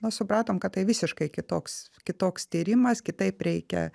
o supratom kad tai visiškai kitoks kitoks tyrimas kitaip reikia